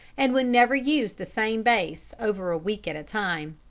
and would never use the same base over a week at a time.